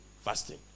fasting